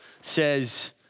says